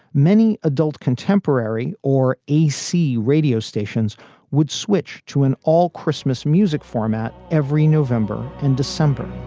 many adult, contemporary or ac radio stations would switch to an all christmas music format every november and december.